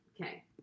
Okay